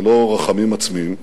ללא רחמים עצמיים.